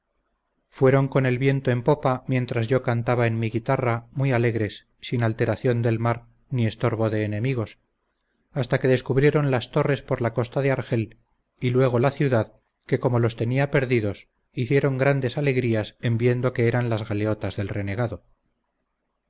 fueron con el viento en popa mientras yo cantaba en mi guitarra muy alegres sin alteración del mar ni estorbo de enemigos hasta que descubrieron las torres por la costa de argel y luego la ciudad que como los tenían perdidos hicieron grandes alegrías en viendo que eran las galeotas del renegado